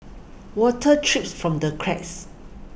water trips from the cracks